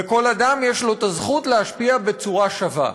ולכל אדם יש הזכות להשפיע בצורה שווה.